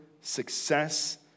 success